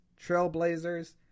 Trailblazers